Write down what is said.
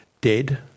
dead